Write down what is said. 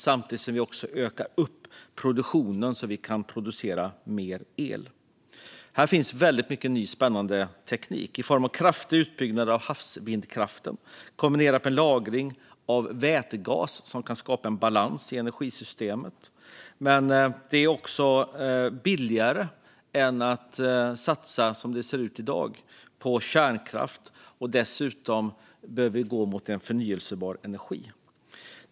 Vi behöver också öka produktionen så att vi kan producera mer el. Här finns väldigt mycket ny spännande teknik i form av kraftig utbyggnad av havsvindkraften. Kombinerat med lagring av vätgas kan det skapa en balans i energisystemet. Som det ser ut i dag är detta också billigare än att satsa på kärnkraft. Dessutom behöver vi gå mot förnybar energi.